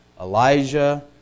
Elijah